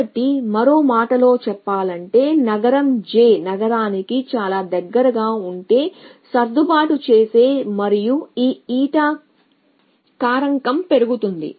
కాబట్టి మరో మాటలో చెప్పాలంటే నగరం j నగరానికి చాలా దగ్గరగా ఉంటే సర్దుబాటు చేస్తే మరియు ఈ ఎటా కారకం పెరుగుతుంది